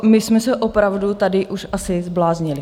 My jsme se opravdu tady už asi zbláznili.